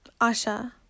Asha